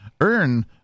earn